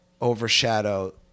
overshadow